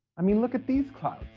i mean, look at these clouds,